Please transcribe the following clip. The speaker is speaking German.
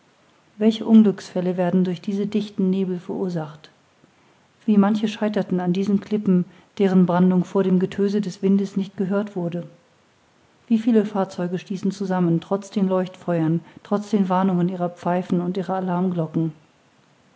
welche unglücksfälle werden durch diese dichten nebel verursacht wie manche scheiterten an diesen klippen deren brandung vor dem getöse des windes nicht gehört wurde wie viele fahrzeuge stießen zusammen trotz den leuchtfeuern trotz den warnungen ihrer pfeifen und ihrer alarmglocken